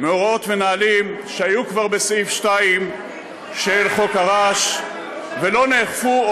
מהוראות ומנהלים שהיו כבר בסעיף 2 של חוק הרעש ולא נאכפו,